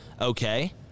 okay